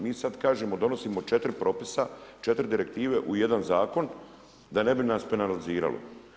Mi sad kažemo, donosimo 4 propisa, 4 direktive u jedan zakon da ne bi nas penalizirali.